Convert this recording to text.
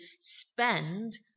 spend